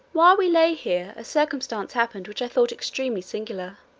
while we lay here a circumstance happened which i thought extremely singular